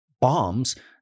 bombs